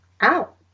out